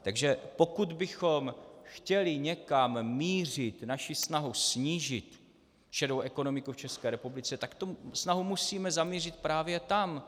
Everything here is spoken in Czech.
Takže pokud bychom chtěli někam mířit naši snahu snížit šedou ekonomiku v České republice, tak tu snahu musíme zamířit právě tam.